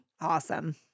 Awesome